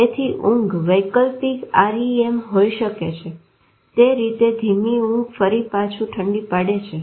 તેથી ઊંઘ વૈકલ્પીક REM હોઈ શકે છે તે રીતે ધીમી ઊંઘ ફરી પાછું ઠંડી પડે છે